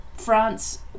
France